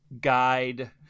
guide